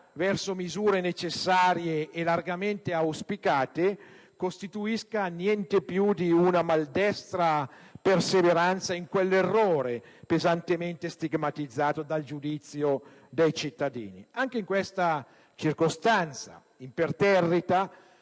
verso misure necessarie e largamente auspicate costituisca niente più di una maldestra perseveranza in quell'errore, pesantemente stigmatizzato dal giudizio dei cittadini. Anche in questa circostanza, imperterrita,